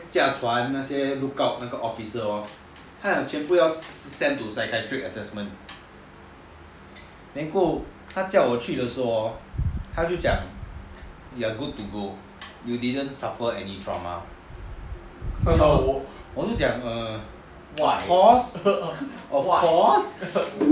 那些开船那些 lookout officer hor 他将全部要 send to psychiatric assessment then 过后他叫我去的时候 hor 他就讲 you are good to go you didn't suffer any trauma 我就讲 of course